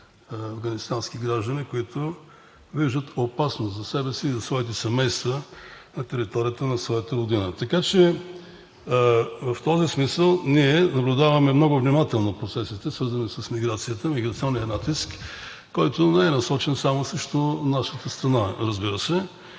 афганистански граждани, които виждат опасност за себе си и за своите семейства на територията на своята родина. Така че в този смисъл ние наблюдаваме много внимателно процесите, свързани с миграцията, миграционният натиск, който не е насочен само срещу нашата страна, разбира се.